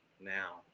now